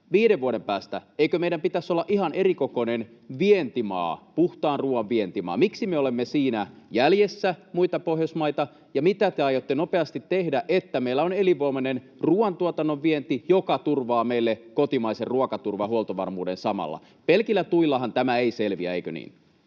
viiden vuoden päästä ihan erikokoinen vientimaa, puhtaan ruuan vientimaa? Miksi me olemme siinä jäljessä muita Pohjoismaita, ja mitä te aiotte nopeasti tehdä, että meillä on elinvoimainen ruuantuotannon vienti, joka turvaa meille kotimaisen ruokaturvahuoltovarmuuden samalla? Pelkillä tuillahan tämä ei selviä, eikö niin?